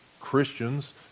christians